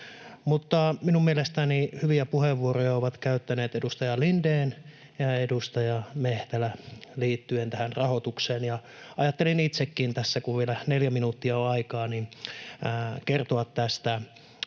Minun mielestäni hyviä puheenvuoroja ovat käyttäneet edustaja Lindén ja edustaja Mehtälä liittyen tähän rahoitukseen, ja ajattelin itsekin tässä, kun on vielä neljä minuuttia aikaa, kertoa tästä